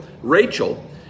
Rachel